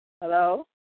Hello